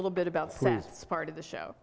little bit about this part of the show